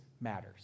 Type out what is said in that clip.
matters